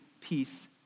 peace